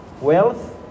Wealth